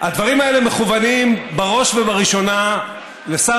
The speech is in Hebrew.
הדברים האלה מכוונים בראש ובראשונה לשר